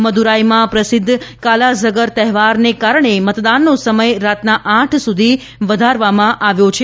મદ્દરાઇમાં પ્રસિદ્ધ કાલાઝગર તહેવારને કારણે મતદાનનો સમય રાતના આઠ સુધી વધારવામાં આવ્યો છે